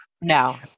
No